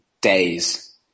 days